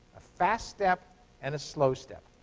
a fast step and a slow step.